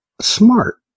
smart